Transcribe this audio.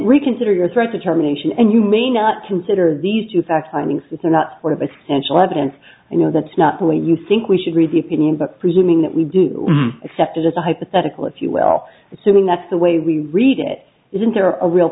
reconsider your threat determination and you may not consider these two fact finding since they're not one of essential evidence you know that's not the way you think we should read the opinion but presuming that we do accept it as a hypothetical if you will assuming that's the way we read it isn't there a real